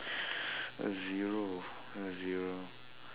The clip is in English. a zero a zero